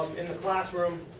in the classroom.